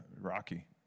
Rocky